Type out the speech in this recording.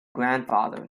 grandfather